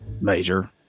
Major